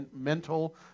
mental